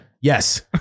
yes